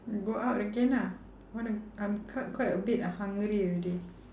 go out again lah wanna I'm quite quite a bit hungry already